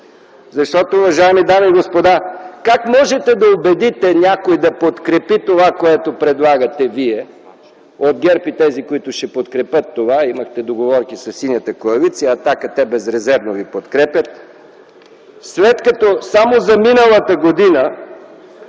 година. Уважаеми дами и господа, как можете да убедите някой да подкрепи това, което предлагате вие – от ГЕРБ и тези, които ще подкрепят това? Имахте договорки със Синята коалиция, с „Атака” – те безрезервно ви подкрепят, след като само за миналата година